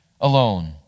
alone